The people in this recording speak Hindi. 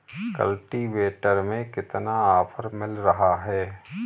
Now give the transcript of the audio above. कल्टीवेटर में कितना ऑफर मिल रहा है?